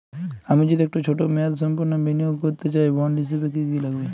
আমি যদি একটু ছোট মেয়াদসম্পন্ন বিনিয়োগ করতে চাই বন্ড হিসেবে কী কী লাগবে?